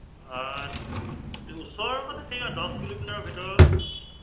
ওচৰৰ কথা ঠিক দছ কিলোমিটাৰৰ ভিতৰৰ